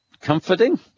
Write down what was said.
comforting